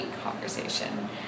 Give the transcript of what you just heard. Conversation